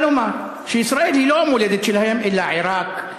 כלומר ישראל היא לא המולדת שלהם אלא עיראק,